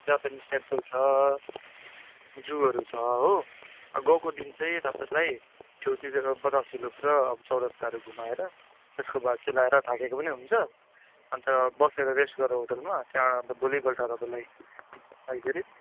Japanese temple छ जूहरू छ हो गएको दिन चाहिँ तपाईँलाई छेउतिर बतासे लुप र अब चौरस्ताहरू घुमाएर त्यसको बाद चाहिँ ल्याएर थाकेको पनि हुन्छ अन्त बसेर रेस्ट गरेर होटेलमा त्यहाँबाट अन्त भोलिपल्ट तपाईँलाई केरे